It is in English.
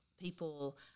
people